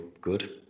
good